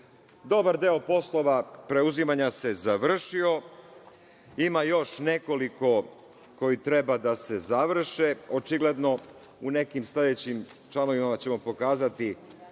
Dobar deo poslova preuzimanja se završio. Ima još nekoliko koje treba da se završe, očigledno. U nekim sledećim članovima ćemo pokazati